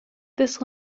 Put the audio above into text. this